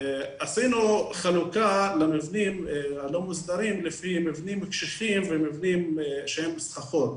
עשינו חלוקה למבנים הלא מוסדרים לפי מבנים שהם קשיחים ומבנים שהם סככות,